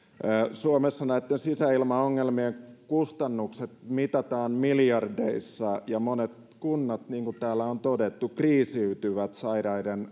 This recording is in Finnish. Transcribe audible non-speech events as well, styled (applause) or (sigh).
suomessa näitten sisäilmaongelmien kustannukset mitataan miljardeissa ja monet kunnat niin kuin täällä on todettu kriisiytyvät sairaiden (unintelligible)